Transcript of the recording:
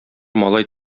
малай